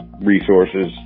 resources